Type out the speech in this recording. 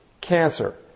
cancer